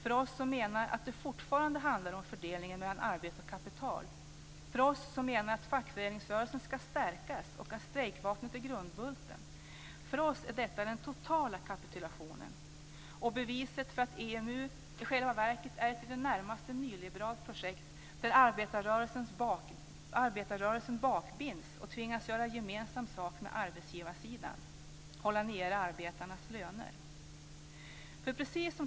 Vi menar att det fortfarande handlar om fördelningen mellan arbete och kapital. Vi menar att fackföreningsrörelsen ska stärkas och att strejkvapnet är grundbulten. För oss är detta den totala kapitulationen och beviset för att EMU i själva verket är ett i det närmaste nyliberalt projekt där arbetarrörelsen bakbinds och tvingas göra gemensam sak med arbetsgivarsidan - hålla nere arbetarnas löner.